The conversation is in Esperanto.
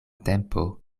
tempo